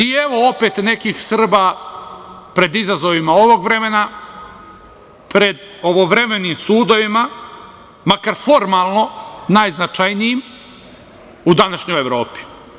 I evo opet nekih Srba pred izazovima ovog vremena, pred ovovremenim sudovima, makar formalno najznačajnijim u današnjoj Evropi.